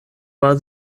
war